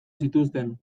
zituzten